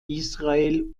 israel